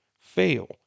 fail